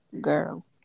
girl